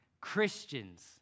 Christians